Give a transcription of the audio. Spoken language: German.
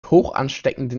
hochansteckenden